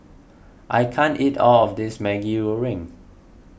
I can't eat all of this Maggi Goreng